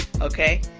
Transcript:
Okay